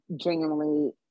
genuinely